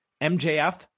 MJF